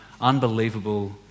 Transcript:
unbelievable